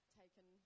taken